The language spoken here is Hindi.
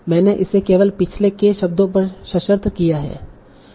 मैंने इसे केवल पिछले k शब्दों पर सशर्त किया है